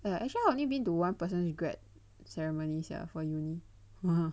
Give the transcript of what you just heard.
ya actually I only been to one person grad ceremony sia for uni